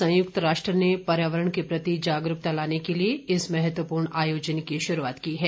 संयुक्त राष्ट्र ने पर्यावरण के प्रति जागरूकता लाने के लिए इस महत्वपूर्ण आयोजन की शुरूआत की है